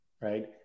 right